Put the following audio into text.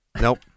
nope